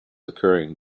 occurring